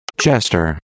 Chester